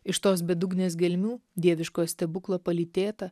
iš tos bedugnės gelmių dieviškojo stebuklo palytėta